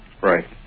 Right